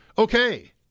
Okay